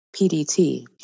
PDT